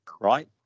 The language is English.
right